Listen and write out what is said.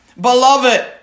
Beloved